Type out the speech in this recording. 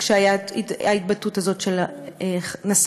כשהייתה ההתבטאות הזאת של נסראללה.